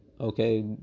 okay